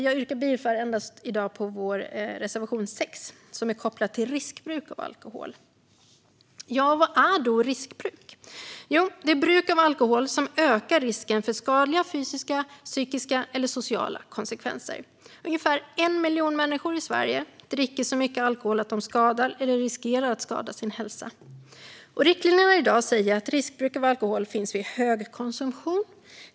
Jag yrkar dock bifall endast till vår reservation 6, som är kopplad till riskbruk av alkohol. Vad är då riskbruk? Jo, det är ett bruk av alkohol som ökar risken för skadliga fysiska, psykiska eller sociala konsekvenser. Ungefär 1 miljon människor i Sverige dricker så mycket alkohol att de skadar eller riskerar att skada sin hälsa. Riktlinjerna i dag säger att riskbruk av alkohol finns vid högkonsumtion.